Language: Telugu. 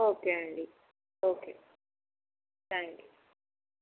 ఓకే అండి ఓకే థ్యాంక్ యూ